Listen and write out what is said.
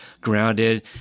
grounded